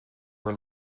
were